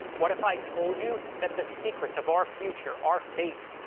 what if i told you that the secrets of our future, our fate,